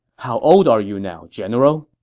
how old are you now, general?